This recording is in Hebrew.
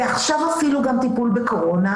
ועכשיו אפילו גם טיפול בקורונה,